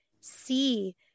see